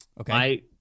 okay